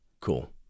cool